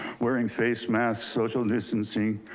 wearing face masks, social distancing,